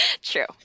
True